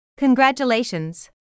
Congratulations